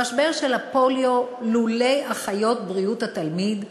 במשבר הפוליו, לולא אחיות בריאות התלמיד,